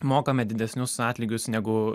mokame didesnius atlygius negu